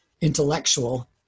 intellectual